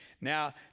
now